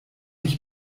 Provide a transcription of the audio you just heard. ich